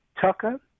Tucker